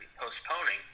postponing